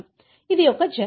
కాబట్టి ఇది జెల్